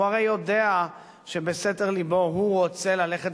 הוא הרי יודע שבסתר לבו הוא רוצה ללכת